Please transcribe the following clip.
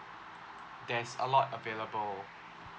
there's a lot available